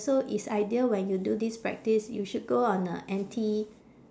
so it's ideal when you do this practice you should go on a empty